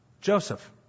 Joseph